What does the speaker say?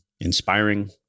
inspiring